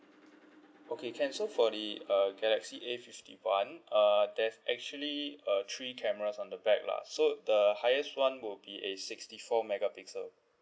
okay can so for the uh galaxy A fifty one uh there's actually uh three cameras on the back lah so the highest one will be a sixty four megapixel